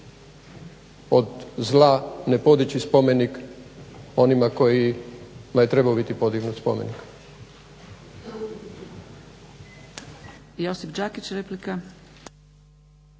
od zla ne podići spomenik onima kojima je trebao biti podignut spomenik.